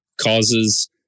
causes